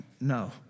No